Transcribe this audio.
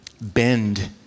bend